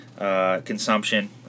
Consumption